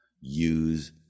use